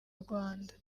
rwanda